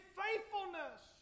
faithfulness